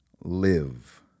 live